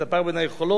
את הפער בין היכולות,